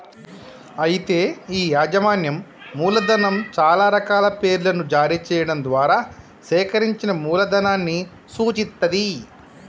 అయితే ఈ యాజమాన్యం మూలధనం చాలా రకాల పేర్లను జారీ చేయడం ద్వారా సేకరించిన మూలధనాన్ని సూచిత్తది